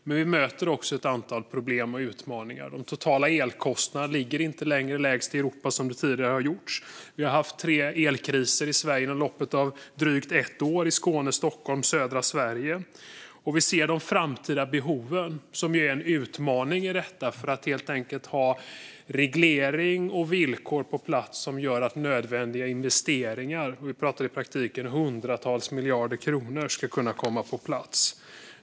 Men vi möter också ett antal problem och utmaningar. De totala elkostnaderna ligger inte längre lägst i Europa, som de tidigare har gjort. Vi har haft tre elkriser i Sverige inom loppet av drygt ett år - i Skåne, i Stockholm och i södra Sverige. Vi ser också de framtida behoven, som är en utmaning i detta, av att helt enkelt ha reglering och villkor som gör att nödvändiga investeringar - vi pratar i praktiken hundratals miljarder kronor - ska kunna komma på plats.